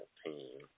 team